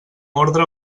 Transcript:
ordre